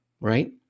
right